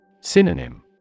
Synonym